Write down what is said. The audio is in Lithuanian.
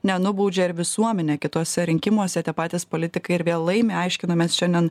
nenubaudžia ir visuomenė kituose rinkimuose tie patys politikai ir vėl laimi aiškinomės šiandien